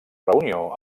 reunió